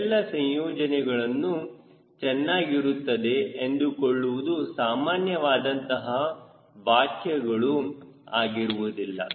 ಇವೆಲ್ಲ ಸಂಯೋಜನೆಗಳು ಚೆನ್ನಾಗಿರುತ್ತದೆ ಅಂದುಕೊಳ್ಳುವುದು ಸಾಮಾನ್ಯವಾದಂತಹ ವ್ಯಾಖೆಗಳು ಆಗಿರುವುದಿಲ್ಲ